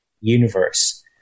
universe